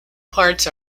parts